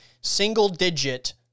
single-digit